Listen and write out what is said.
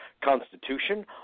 Constitution